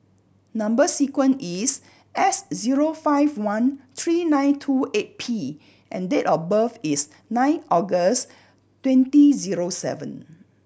number sequence is S zero five one three nine two eight P and date of birth is nine August twenty zero seven